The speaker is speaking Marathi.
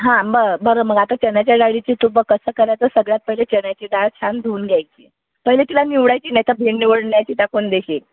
हा मग बरं मग आता चण्याच्या डाळीची तू बघ कसं करायचं सगळ्यात पहिले चण्याची डाळ छान धुऊन घ्यायची पहिले तिला निवडायची नाही तर बिन निवडण्याची टाकून देशील